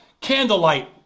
candlelight